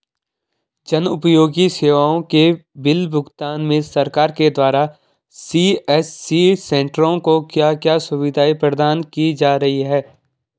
जन उपयोगी सेवाओं के बिल भुगतान में सरकार के द्वारा सी.एस.सी सेंट्रो को क्या क्या सुविधाएं प्रदान की जा रही हैं?